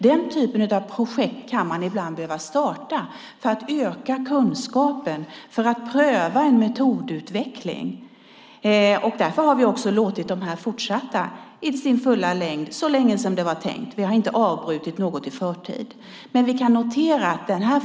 Den typen av projekt kan man ibland behöva starta för att öka kunskapen, för att pröva en metodutveckling. Därför har vi också låtit dem fortsätta i sin fulla längd så länge som det var tänkt. Vi har inte avbrutit något i förtid.